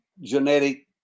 genetic